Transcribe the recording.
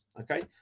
okay